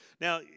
Now